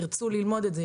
ירצו ללמוד את זה,